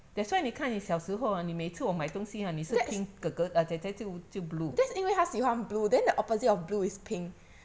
that's why 你看你小时候啊你每次我买东西啊你是 pink 哥哥啊 ze ze 就就 blue